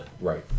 Right